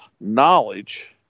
knowledge